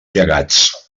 llegats